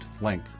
link